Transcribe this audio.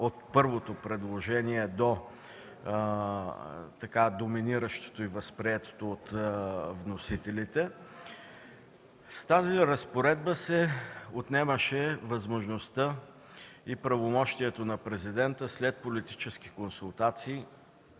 от първото предложение до доминиращото и възприетото от вносителите. С тази разпоредба се отнемаше възможността и правомощието на Президента след политически консултации